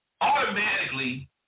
automatically